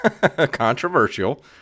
controversial